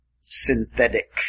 Synthetic